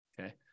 Okay